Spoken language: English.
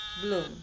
bloom